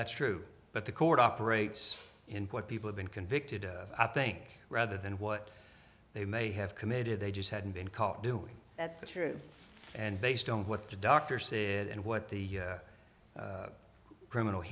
that's true but the court operates in what people have been convicted of i think rather than what they may have committed they just hadn't been caught doing that's the truth and based on what the doctor said and what the criminal